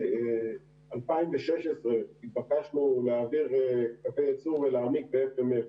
ב-2016 התבקשנו להעביר קווי ייצור ולהעמיק ב-FMF.